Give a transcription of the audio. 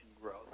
growth